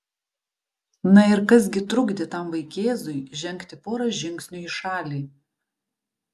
na ir kas gi trukdė tam vaikėzui žengti porą žingsnių į šalį